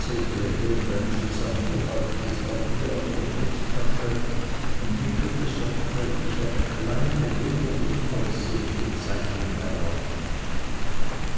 lächelnd ein zusammengefaltetes papier aus der brusttasche und wickelte sorgfältig eine kleine wunderlich aussehende zeitung heraus